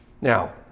Now